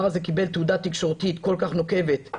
הזה קיבל תהודה תקשורתית כל-כך נוקבת,